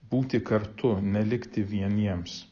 būti kartu nelikti vieniems